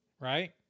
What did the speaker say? Right